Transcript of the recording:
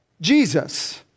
Jesus